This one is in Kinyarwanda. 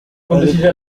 ari